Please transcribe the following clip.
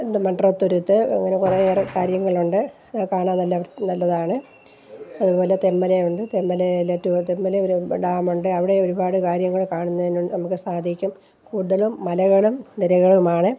എന്ത് മൺറോ തുരുത്ത് അങ്ങനെ കുറേയേറെ കാര്യങ്ങളുണ്ട് കാണാൻ എല്ലാവർക്കും നല്ലതാണ് അതുപോലെ തെന്മലയുണ്ട് തെന്മലയിൽ തെന്മലയിൽ ഡാം ഉണ്ട് അവിടെ ഒരുപാട് കാര്യങ്ങൾ കാണുന്നതിന് നമുക്ക് സാധിക്കും കൂടുതലും മലകളും നിരകളുമാണ്